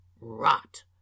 rot